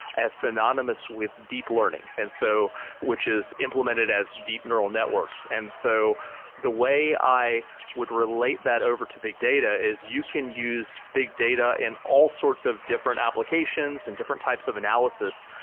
as synonymous with deep learning, and so which is implemented as deep neural networks. and so the way i would relate that over to big data is you can use big data in all sorts of different applications and different types of analysis,